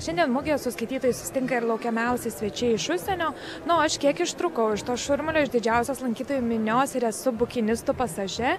šiandien mugėje su skaitytojais susitinka ir laukiamiausi svečiai iš užsienio na o aš kiek ištrūkau iš to šurmulio iš didžiausios lankytojų minios ir esu bukinistų pasaže